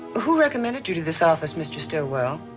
who recommended you to this office, mr. stillwell?